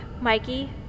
Mikey